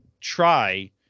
try